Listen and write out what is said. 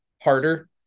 harder